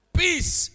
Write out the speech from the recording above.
peace